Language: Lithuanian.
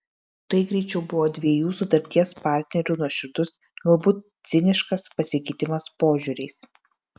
tai greičiau buvo dviejų sutarties partnerių nuoširdus galbūt ciniškas pasikeitimas požiūriais